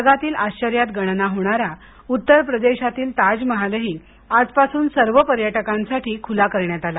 जगातील आश्वर्यात गणना होणारा उत्तर प्रदेशातील ताज महालही आजपासून सर्व पर्यटकांसाठी खुला करण्यात आला